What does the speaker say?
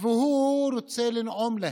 והוא רוצה לנעום להם,